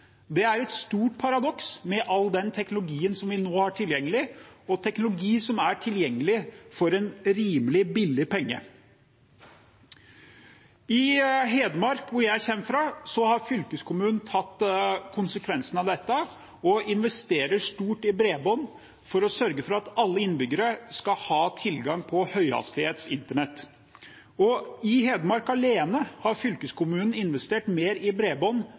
en rimelig penge. I Hedmark, der jeg kommer fra, har fylkeskommunen tatt konsekvensen av dette og investerer stort i bredbånd for å sørge for at alle innbyggerne skal ha tilgang på høyhastighets internett. I Hedmark alene har fylkeskommunen investert mer i bredbånd